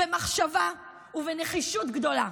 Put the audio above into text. במחשבה ובנחישות גדולה.